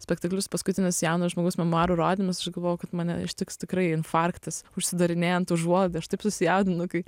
spektaklius paskutinius jauno žmogaus memuarų rodymas aš galvojau kad mane ištiks tikrai infarktas užsidarinėjant užuolaidai aš taip susijaudinu kai